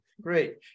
Great